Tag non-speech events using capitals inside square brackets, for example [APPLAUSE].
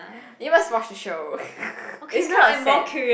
you must watch the show [LAUGHS] it's kind of sad